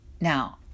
Now